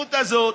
הגמישות הזאת